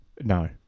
No